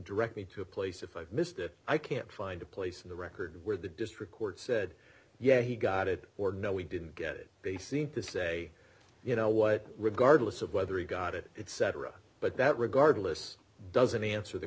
direct me to a place if i've missed it i can't find a place in the record where the district court said yeah he got it or no we didn't get it they seem to say you know what regardless of whether he got it it's cetera but that regardless doesn't answer the